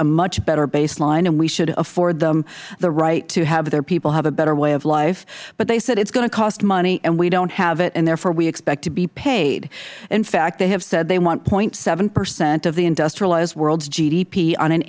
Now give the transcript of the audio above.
a much better baseline and we should afford them the right to have their people have a better way of life but they said it is going to cost money and we don't have it and therefore we expect to be paid in fact they have said they want seven percent of the industrialized world's g